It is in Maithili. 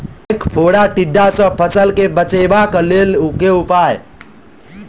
ऐंख फोड़ा टिड्डा सँ फसल केँ बचेबाक लेल केँ उपाय?